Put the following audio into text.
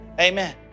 amen